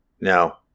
Now